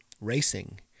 racing